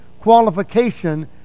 qualification